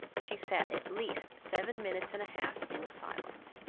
she sat at least seven minutes and a half in silence.